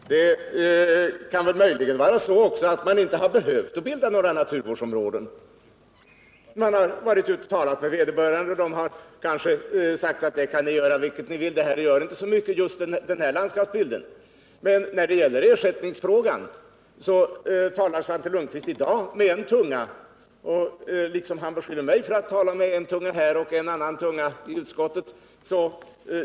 Onsdagen den Herr talman! Det kan möjligen vara så att det inte har funnits behov av att 6 december 1978 bilda några naturvårdsområden. Man har kanske varit ute och talat med markägare och de har sagt: ”Ni kan göra vilket ni vill. Det gör inte så mycket för just den här landskapsbilden.” Men när det gäller ersättningsfrågan talar Svante Lundkvist i dag med en annan tunga än han brukar göra, liksom han beskyller mig för att tala med en tunga här och en annan tunga i utskottet.